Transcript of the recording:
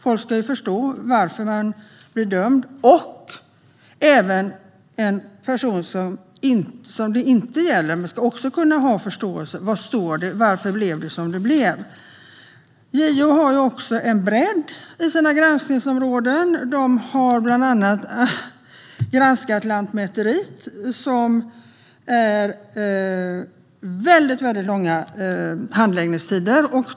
Folk ska kunna förstå varför de blir dömda, och även personer som domarna inte gäller ska kunna förstå vad det står och varför det blev som det blev. Det finns en bredd i JO:s granskningsområden. Bland annat har Lantmäteriet granskats, eftersom det där finns väldigt långa handläggningstider.